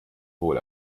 wohl